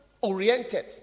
oriented